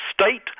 state